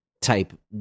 type